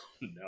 no